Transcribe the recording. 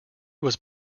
was